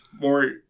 More